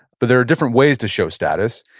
but there are different ways to show status.